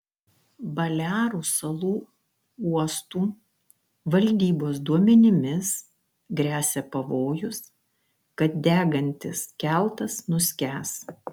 balearų salų uostų valdybos duomenimis gresia pavojus kad degantis keltas nuskęs